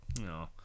no